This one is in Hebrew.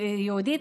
היהודית,